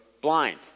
blind